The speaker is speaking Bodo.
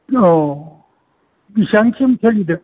औ बिसिबां केजि सलिदों